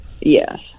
yes